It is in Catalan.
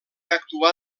actuà